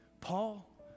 Paul